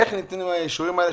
איך ניתנו האישורים האלה,